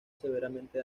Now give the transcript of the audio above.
severamente